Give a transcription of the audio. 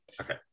Okay